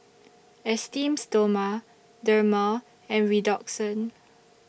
Esteem Stoma Dermale and Redoxon